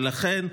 ולכן,